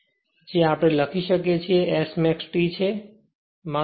જેમ કે આપણે લખીએ છીએ Smax T છે